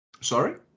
Sorry